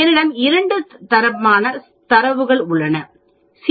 என்னிடம் 2 செட் தரவு இருந்தால் சி